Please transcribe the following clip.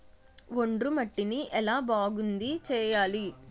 ఒండ్రు మట్టిని ఎలా బాగుంది చేయాలి?